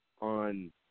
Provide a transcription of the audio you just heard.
on